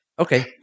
Okay